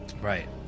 right